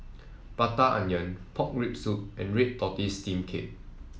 Prata Onion Pork Rib Soup and red tortoise steam cake